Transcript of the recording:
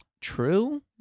True